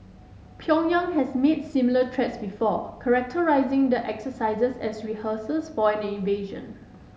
Pyongyang has made similar threats before characterising the exercises as rehearsals for an invasion